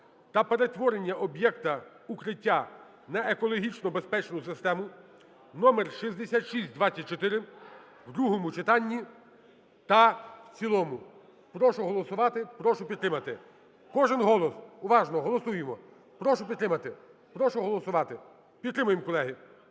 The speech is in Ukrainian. та перетворення об'єкта "Укриття" на екологічно безпечну систему (№ 6624) в другому читанні та в цілому. Прошу голосувати, прошу підтримати. Кожен голос, уважно, голосуємо. Прошу підтримати. Уважно, голосуємо. Прошу підтримати,